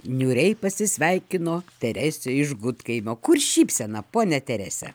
niūriai pasisveikino terezė iš gudkaimio kur šypsena ponia teresė